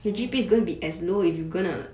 orh